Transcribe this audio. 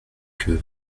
que